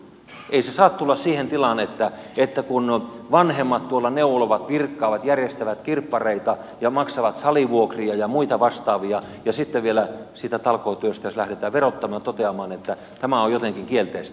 ei se saa tulla siihen tilaan että kun vanhemmat tuolla neulovat virkkaavat järjestävät kirppareita ja maksavat salivuokria ja muita vastaavia niin sitten vielä siitä talkootyöstä lähdetään verottamaan ja toteamaan että tämä on jotenkin kielteistä